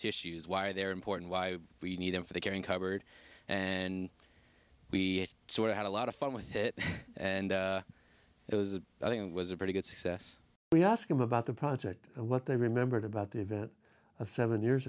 tissues why they're important why we need them for the caring cupboard and we sort of had a lot of fun with it and it was i think it was a pretty good success we asked him about the project what they remembered about the event of seven years